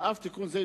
על אף תיקון זה,